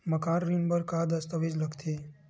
मकान ऋण बर का का दस्तावेज लगथे?